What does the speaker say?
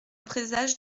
présage